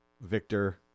Victor